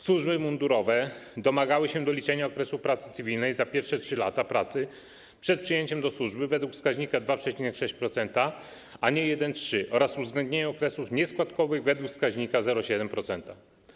Służby mundurowe domagały się doliczenia okresu pracy cywilnej za pierwsze 3 lata pracy przed przyjęciem do służby według wskaźnika 2,6%, a nie 1,3%, oraz uwzględnienia okresów nieskładkowych według wskaźnika 0,7%.